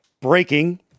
breaking